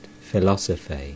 philosophy